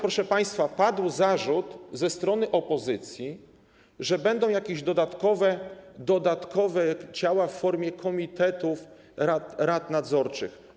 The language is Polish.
Proszę państwa, padł zarzut ze strony opozycji, że będą jakieś dodatkowe ciała w formie komitetów rad nadzorczych.